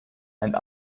and